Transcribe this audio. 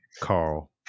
Carl